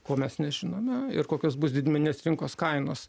ko mes nežinome ir kokios bus didmeninės rinkos kainos